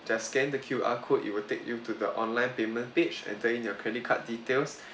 just scan the Q_R code it will take you to the online payment page entering your credit card details